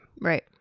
Right